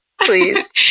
Please